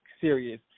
serious